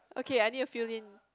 okay I need to fill in